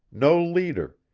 no leader,